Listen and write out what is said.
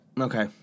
Okay